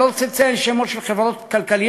אני לא רוצה לציין שמות של חברות כלכליות,